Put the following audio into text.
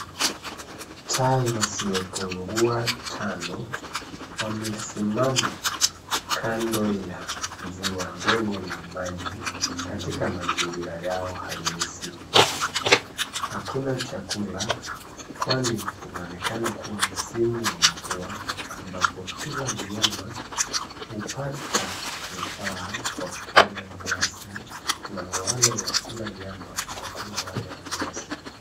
Tai wasiopungua tano wamesimama kando ya ziwa dogo la maji, katika mazingira yao halisi. Hakuna chakula, kwani inaonekana kuwa msimu wa mvua ambapo kila mnyama hupata nufaa kwa kula nyasi na wale wa kula nyama wanakula wale wa nyasi.